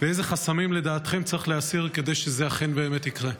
ואיזה חסמים לדעתכם צריך להסיר כדי שזה אכן באמת יקרה?